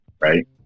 Right